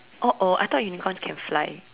oh oh I thought unicorn can fly